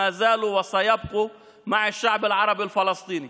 עודם ויוסיפו להיות עם העם הערבי הפלסטיני.